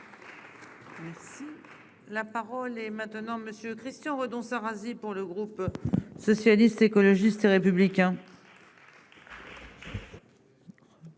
paritaire. La parole est à M. Christian Redon-Sarrazy, pour le groupe Socialiste, Écologiste et Républicain.